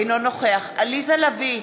אינו נוכח עליזה לביא,